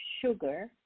sugar